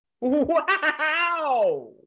Wow